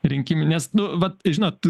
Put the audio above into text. rinkimines nu vat žinot